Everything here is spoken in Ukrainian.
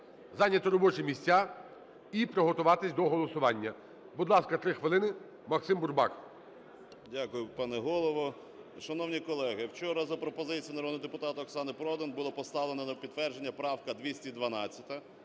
зайняти робочі місця і приготуватись до голосування. Будь ласка, 3 хвилини Максим Бурбак. 10:15:37 БУРБАК М.Ю. Дякую, пане Голово. Шановні колеги, вчора за пропозицією народного депутата Оксани Продан була поставлена на підтвердження правка 212.